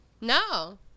No